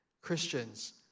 Christians